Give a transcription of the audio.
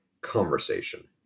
conversation